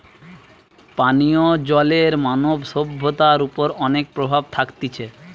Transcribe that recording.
পানীয় জলের মানব সভ্যতার ওপর অনেক প্রভাব থাকতিছে